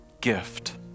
gift